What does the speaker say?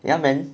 ya man